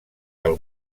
del